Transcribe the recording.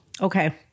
Okay